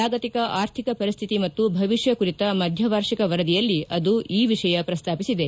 ಜಾಗತಿಕ ಆರ್ಥಿಕ ಪರಿಸ್ತಿತಿ ಮತ್ತು ಭವಿಷ್ಕ ಕುರಿತ ಮಧ್ವವಾರ್ಷಿಕ ವರದಿಯಲ್ಲಿ ಅದು ಈ ವಿಷಯ ಪ್ರಸ್ತಾಪಿಸಿದೆ